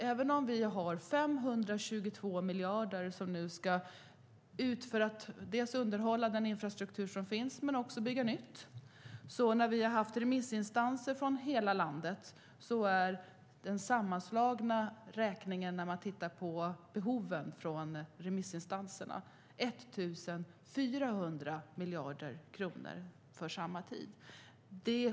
Även om vi har 522 miljarder till underhåll av den infrastruktur som finns och till att bygga nytt är behovet från remissinstanserna i hela landet 1 400 miljarder för samma tid.